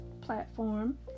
platform